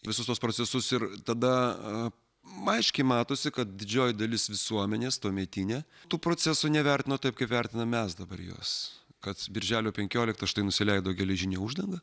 visus tuos procesus ir tada aiškiai matosi kad didžioji dalis visuomenės tuometinė tų procesų nevertino taip kaip vertinam mes dabar juos kad birželio penkioliktą štai nusileido geležinė uždanga